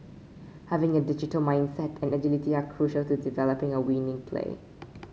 having a digital mindset and agility are crucial to developing a winning play